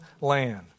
land